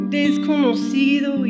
desconocido